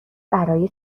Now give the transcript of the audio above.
برای